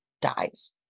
dies